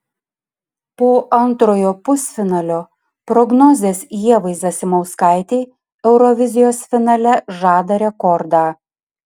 po antrojo pusfinalio prognozės ievai zasimauskaitei eurovizijos finale žada rekordą